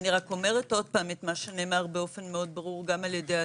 אני רק אומרת עוד פעם את מה שנאמר באופן ברור גם על ידי אדוני,